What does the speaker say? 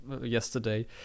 yesterday